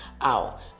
out